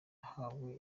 twahawe